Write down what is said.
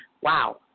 wow